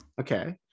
Okay